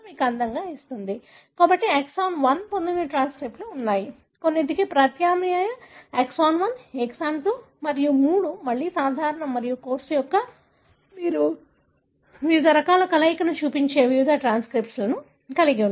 కాబట్టి ఎక్సాన్ 1 పొందిన ట్రాన్స్క్రిప్ట్లు ఉన్నాయి కొన్నింటికి ప్రత్యామ్నాయ ఎక్సాన్ 1 ఎక్సాన్ 2 మరియు 3 మళ్లీ సాధారణం మరియు కోర్సు యొక్క మీరు వివిధ రకాల కలయికలను చూపించే వివిధ ట్రాన్స్క్రిప్ట్ని కలిగి ఉన్నారు